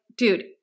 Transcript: Dude